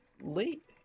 Late